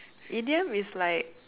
idiom is like